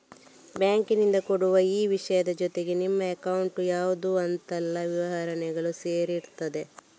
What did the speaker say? ಬ್ಯಾಂಕಿನಿಂದ ಕೊಡುವ ಈ ವಿಷಯದ ಜೊತೆಗೆ ನಿಮ್ಮ ಅಕೌಂಟ್ ಯಾವ್ದು ಅಂತೆಲ್ಲ ವಿವರಗಳೂ ಸೇರಿರ್ತದೆ